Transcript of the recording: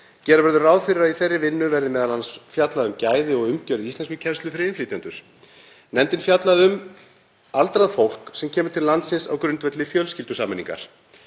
Gera verður ráð fyrir að í þeirri vinnu verði m.a. fjallað um gæði og umgjörð íslenskukennslu fyrir innflytjendur. Nefndin fjallaði um aldrað fólk sem kemur til landsins á grundvelli fjölskyldusameiningar.